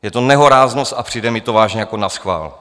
Je to nehoráznost a přijde mi to vážně jako naschvál.